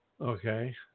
Okay